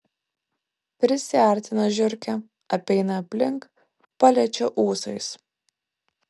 prisiartina žiurkė apeina aplink paliečia ūsais